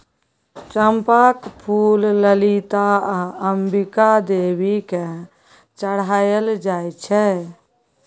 चंपाक फुल ललिता आ अंबिका देवी केँ चढ़ाएल जाइ छै